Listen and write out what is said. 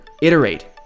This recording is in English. iterate